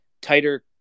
tighter